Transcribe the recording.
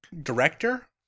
director